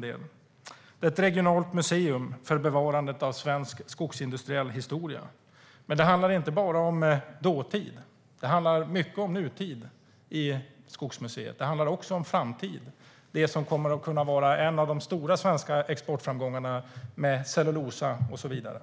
Skogsmuseet är ett regionalt museum för bevarandet av svensk skogsindustriell historia. Men det handlar inte bara om dåtid. Mycket i Skogsmuseet handlar om nutid och också om framtid, om det som kan komma att vara en av de stora svenska exportframgångarna; det gäller cellulosa och så vidare.